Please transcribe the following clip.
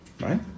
Right